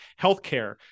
healthcare